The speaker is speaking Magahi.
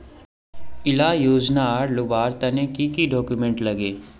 इला योजनार लुबार तने की की डॉक्यूमेंट लगे?